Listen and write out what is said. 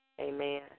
Amen